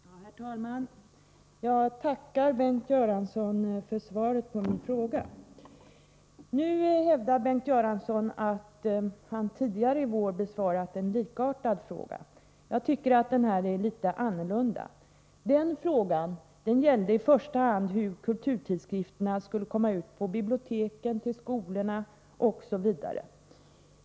Herr talman! Jag tackar Bengt Göransson för svaret på min fråga. Bengt Göransson hävdar att han tidigare i vår besvarat en likartad fråga. Jag tycker att den här frågan är litet annorlunda. Frågan då gällde i första hand hur kulturtidskrifter skulle komma ut till bibliotek, skolor osv.